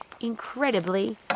incredibly